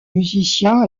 musicien